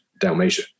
Dalmatia